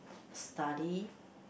study